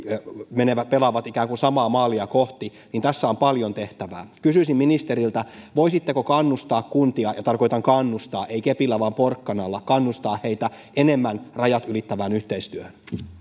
pelaavat ikään kuin samaa maalia kohti niin tässä on paljon tehtävää kysyisin ministeriltä voisitteko kannustaa kuntia ja tarkoitan kannustaa ei kepillä vaan porkkanalla enemmän rajat ylittävään yhteistyöhön vielä